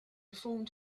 formed